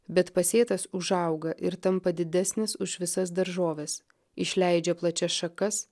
bet pasėtas užauga ir tampa didesnis už visas daržoves išleidžia plačias šakas